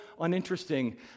uninteresting